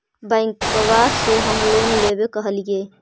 बैंकवा से हम लोन लेवेल कहलिऐ?